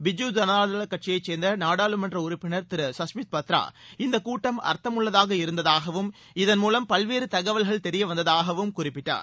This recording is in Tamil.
பிஜு ஜனதா தள கட்சியைச் சேர்ந்த நாடாளுமன்ற உறுப்பினர் திரு சஷ்மித் பாத்ரா இந்தக் கூட்டம் அர்த்தமுள்ளதாக இருந்ததாகவும் இதன் மூவம் பல்வேறு தகவல்கள் தெரியவந்ததாகவும் அவர் குறிப்பிட்டார்